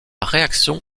réaction